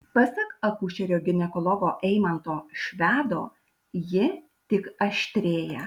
pasak akušerio ginekologo eimanto švedo ji tik aštrėja